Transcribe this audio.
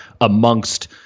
amongst